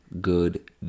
good